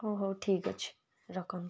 ହଉ ହଉ ଠିକ୍ ଅଛି ରଖନ୍ତୁ